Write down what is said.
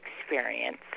experience